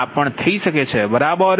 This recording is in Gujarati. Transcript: આ પણ થઈ શકે છે બરાબર